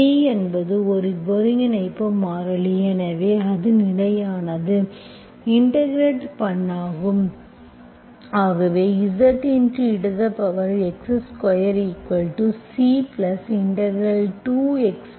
C என்பது ஒரு ஒருங்கிணைப்பு மாறிலி எனவே அது நிலையானது இன்டெகிரெட் இன்டெகிரெட் ஆகும்